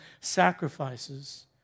sacrifices